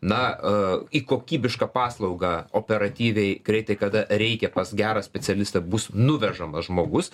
na į kokybišką paslaugą operatyviai greitai kada reikia pas gerą specialistą bus nuvežamas žmogus